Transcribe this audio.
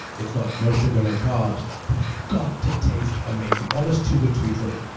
it's got no sugar, no carbs, but it's got to taste amazing almost too good to be true.